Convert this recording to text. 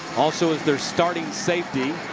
also, as their starting safety,